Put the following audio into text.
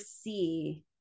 see